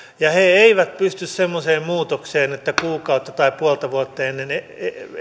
ja he eivät pysty semmoiseen muutokseen että kuukautta tai puolta vuotta ennen